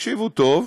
תקשיבו טוב,